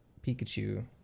Pikachu